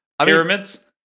Pyramids